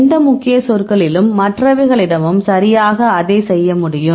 எந்த முக்கிய சொற்களிலும் மற்றவைகளிடமும் சரியாக அதை செய்ய முடியும்